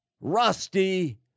rusty